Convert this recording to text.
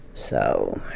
so